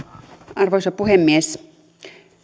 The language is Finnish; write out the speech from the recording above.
arvoisa puhemies